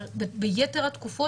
ביתר התקופות,